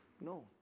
No